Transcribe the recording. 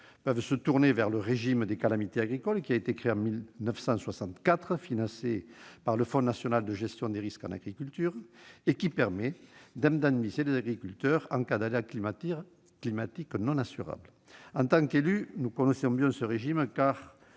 peuvent se tourner vers le régime des calamités agricoles, qui a été créé en 1964, financé par le Fonds national de gestion des risques en agriculture (FNGRA). Ce régime permet d'indemniser les agriculteurs en cas d'aléas climatiques non assurables. En tant qu'élus, nous connaissons bien ce régime- ce